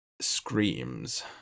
screams